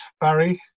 Barry